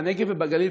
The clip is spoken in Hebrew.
בנגב ובגליל,